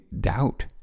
doubt